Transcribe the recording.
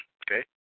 okay